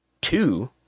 two